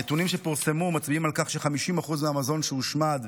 הנתונים שפורסמו מצביעים על כך ש-50% מהמזון שהושמד,